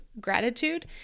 gratitude